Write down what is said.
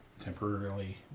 temporarily